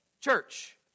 church